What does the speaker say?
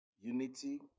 unity